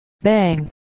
bang